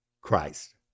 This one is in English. Christ